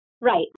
Right